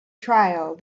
trial